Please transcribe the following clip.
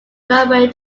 railway